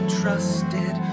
trusted